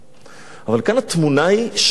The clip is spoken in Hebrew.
אבל כאן התמונה שונה לחלוטין,